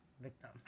victim